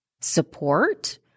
support